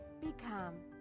Become